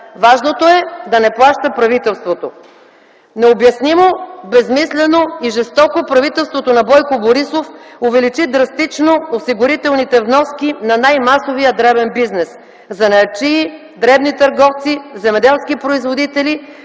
важното е да не плаща правителството. Необяснимо, безсмислено и жестоко правителството на Бойко Борисов увеличи драстично осигурителните вноски на най-масовия дребен бизнес: занаятчии, дребни търговци, земеделски производители